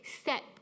step